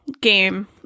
game